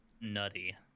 nutty